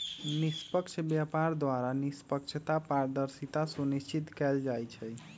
निष्पक्ष व्यापार द्वारा निष्पक्षता, पारदर्शिता सुनिश्चित कएल जाइ छइ